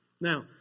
Now